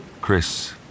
Chris